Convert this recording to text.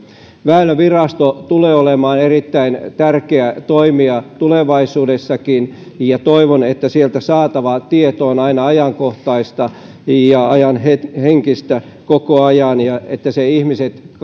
väylävirasto tulee olemaan erittäin tärkeä toimija tulevaisuudessakin ja toivon että sieltä saatava tieto on aina ajankohtaista ja ajanhenkistä koko ajan ja että ihmiset